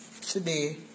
today